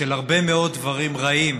הרבה מאוד דברים רעים